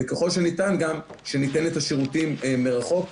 וככל שניתן גם שניתן את השירותים מרחוק,